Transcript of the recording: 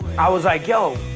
i was like yo,